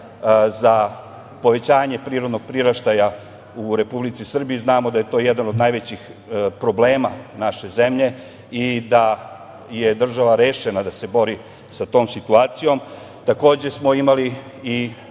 za povećanje prirodnog priraštaja u Republici Srbiji. Znamo da je to jedan od najvećih problema naše zemlje i da je država rešena da se bori sa tom situacijom. Takođe, smo imali i